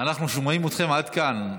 אנחנו שומעים אתכם עד כאן.